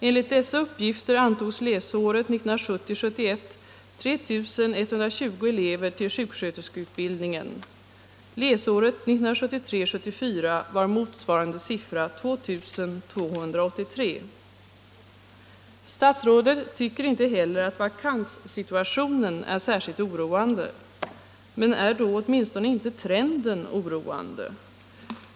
Enligt dessa uppgifter antogs under läsåret 1970 74 var motsvarande siffra 2 283. Statsrådet tycker inte heller att vakanssituationen är särskilt oroande. Men är då åtminstone inte trenden oroande?